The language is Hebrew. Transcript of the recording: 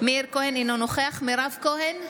מאיר כהן, אינו נוכח מירב כהן,